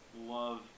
love